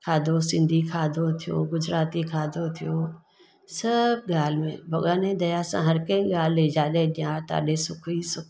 खाधो सिंधी खाधो थियो गुजराती खाधो थियो सभु ॻाल्हि में भॻवान ई दया सां हर कंहिं ॻाल्हि जे जॾहिं ॾिया तॾहिं सुख ई सुख आहे